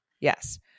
Yes